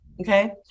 Okay